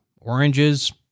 oranges